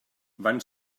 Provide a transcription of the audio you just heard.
van